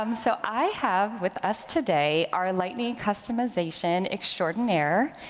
um so i have with us today, our lightning customization extraordinaire.